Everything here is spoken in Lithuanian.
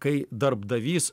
kai darbdavys